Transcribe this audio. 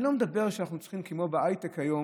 אני לא אומר שאנחנו צריכים להיות כמו בהייטק היום,